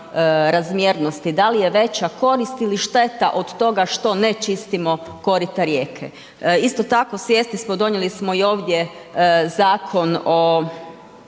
razmjernosti da li je veća korist ili šteta od toga što ne čistimo korita rijeke. Isto tako svjesni smo, donijeli smo i ovdje Zakon o